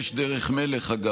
אגב, יש דרך מלך לפנות